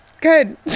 good